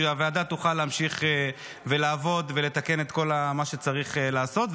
שהוועדה תוכל להמשיך ולעבוד ולתקן את כל מה שצריך לעשות,